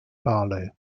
barlow